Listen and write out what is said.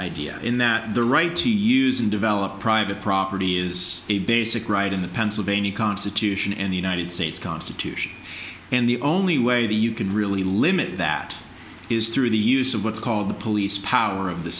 idea in that the right to use and develop private property is a basic right in the pennsylvania constitution in the united states constitution and the only way you can really limit that is through the use of what's called the police power of the